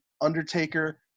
Undertaker